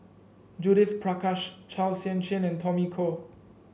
Judith Prakash Chua Sian Chin and Tommy Koh